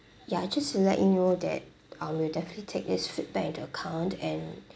ya just to let you know that um we'll definitely take this feedback into account and